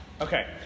Okay